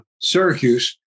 Syracuse